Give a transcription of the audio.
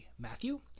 Matthew